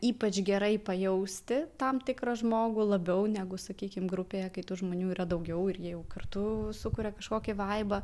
ypač gerai pajausti tam tikrą žmogų labiau negu sakykim grupėje kai tų žmonių yra daugiau ir jie jau kartu sukuria kažkokį vaibą